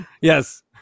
Yes